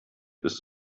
ist